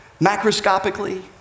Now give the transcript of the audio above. macroscopically